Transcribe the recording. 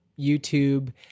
YouTube